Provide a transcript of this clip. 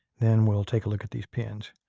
then we'll take a look at these pins.